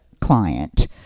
client